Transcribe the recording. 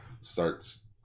starts